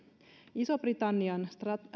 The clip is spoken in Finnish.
ison britannian